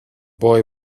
boy